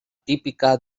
típica